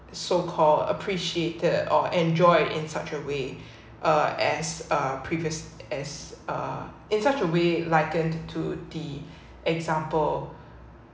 so called appreciated or enjoy in such a way uh as uh previous as uh in such a way likened to the example